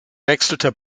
wechselte